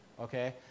Okay